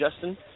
Justin